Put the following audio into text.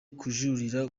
kujuririra